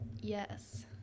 yes